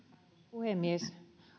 puhemies